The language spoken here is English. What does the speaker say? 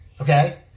Okay